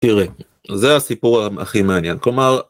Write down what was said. תראה זה הסיפור הכי מעניין כלומר.